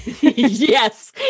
Yes